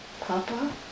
Papa